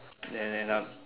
then end up